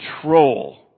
control